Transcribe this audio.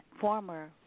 former